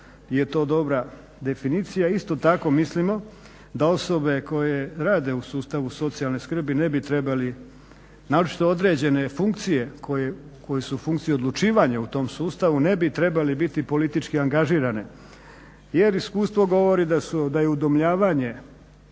je to dobra definicija. Isto tako mislimo da osobe koje rade u sustavu socijalne skrbi ne bi trebali naročito određene funkcije koje su funkcije odlučivanja u tom sustavu ne bi trebali biti politički angažirane jer iskustvo govori da je udomljavanje